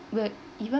would even